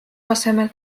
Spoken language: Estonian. asemel